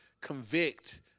convict